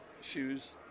shoes